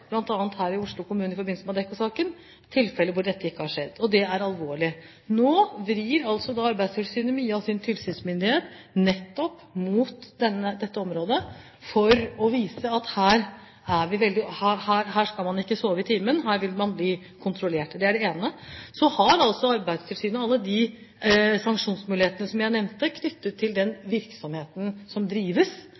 her i Oslo kommune i forbindelse med Adecco-saken, hvor dette ikke har skjedd. Det er alvorlig. Nå vrir Arbeidstilsynet mye av sin tilsynsmyndighet nettopp mot dette området for å vise at her kan man ikke sove i timen, her vil man bli kontrollert. Det er det ene. Så har altså Arbeidstilsynet alle de sanksjonsmulighetene som jeg nevnte, knyttet til den